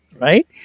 right